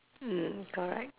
mm correct